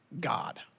God